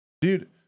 dude